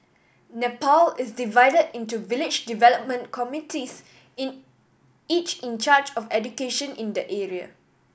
Nepal is divided into village development committees in each in charge of education in the area